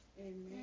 Amen